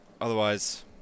Otherwise